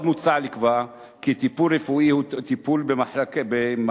מוצע לקבוע כי טיפול רפואי הוא טיפול במחלקת